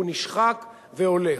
הוא נשחק והולך.